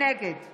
נגד